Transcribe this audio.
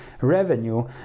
revenue